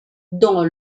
dans